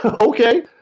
okay